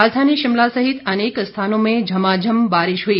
राजधानी शिमला सहित अनेक स्थानों में झमाझम बारिश हुई